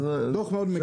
דו"ח מאוד מקיף.